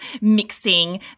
mixing